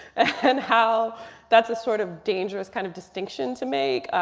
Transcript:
and how that's a sort of dangerous kind of distinction to make.